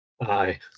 Aye